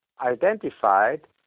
identified